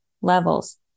levels